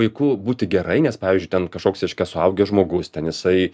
vaiku būti gerai nes pavyzdžiui ten kažkoks reiškia suaugęs žmogus ten jisai